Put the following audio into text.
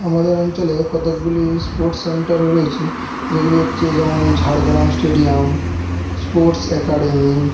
আমাদের অঞ্চলে কতকগুলি স্পোর্টস সেন্টার রয়েছে যেগুলি হচ্ছে যেমন ঝাড়গ্রাম স্টেডিয়াম স্পোর্টস অ্যাকাডেমি